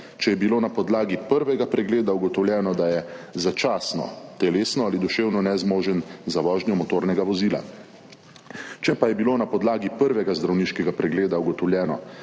če je bilo na podlagi prvega pregleda ugotovljeno, da je začasno telesno ali duševno nezmožen za vožnjo motornega vozila. Če pa je bilo na podlagi prvega zdravniškega pregleda ugotovljeno, da